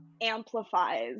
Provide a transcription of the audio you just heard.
amplifies